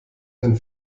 einen